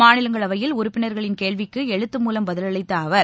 மாநிலங்களவையில் உறுப்பினர்களின் கேள்விகளுக்கு எழுத்து மூலம் பதில் அளித்த அவர்